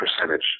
percentage